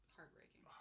Heartbreaking